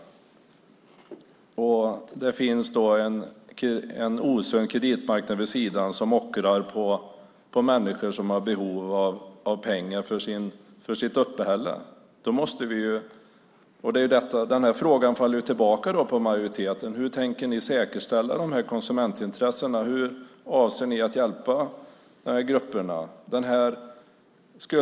Det finns ju en osund kreditmarknad vid sidan om som ockrar på människor som har behov av pengar för sitt uppehälle. Frågan faller tillbaka på majoriteten. Hur tänker ni säkerställa dessa konsumentintressen? Hur avser ni att hjälpa dessa grupper?